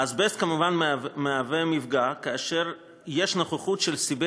האזבסט כמובן מהווה מפגע כאשר יש נוכחות של סיבי